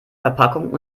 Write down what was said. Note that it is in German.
verpackung